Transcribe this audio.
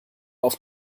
auf